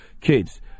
Kids